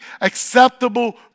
acceptable